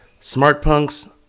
SmartPunks